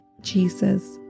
Jesus